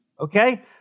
okay